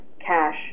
cash